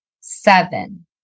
seven